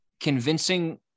convincing